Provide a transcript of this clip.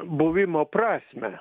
buvimo prasmę